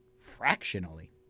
Fractionally